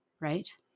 Right